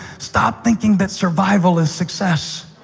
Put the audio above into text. stop thinking that survival is success.